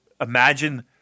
Imagine